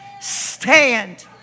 Stand